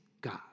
God